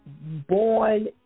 born